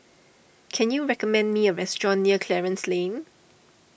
can you recommend me a restaurant near Clarence Lane